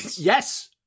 Yes